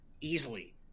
Easily